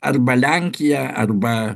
arba lenkiją arba